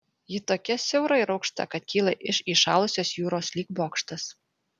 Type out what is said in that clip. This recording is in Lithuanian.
ji tokia siaura ir aukšta kad kyla iš įšalusios jūros lyg bokštas